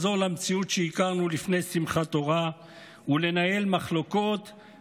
למציאות שהכרנו לפני שמחת תורה ולנהל מחלוקות,